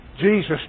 Jesus